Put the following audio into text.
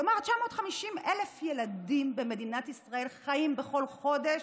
כלומר, 950,000 ילדים במדינת ישראל חיים בכל חודש